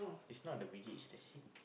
it's not the biji it's the seed